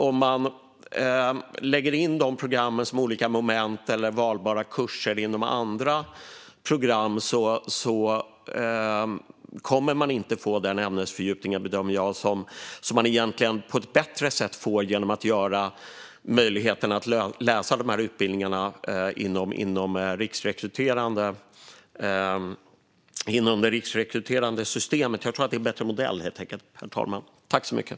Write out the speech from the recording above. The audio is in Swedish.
Om man lägger in de programmen som olika moment eller valbara kurser inom andra program kommer man inte, bedömer jag, att få den ämnesfördjupning som man på ett bättre sätt får genom att ge möjlighet att läsa dessa utbildningar inom det riksrekryterande systemet. Jag tror att det är en bättre modell, helt enkelt, herr talman.